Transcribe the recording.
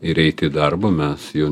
ir eiti į darbą mes jo